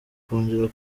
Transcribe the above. kongera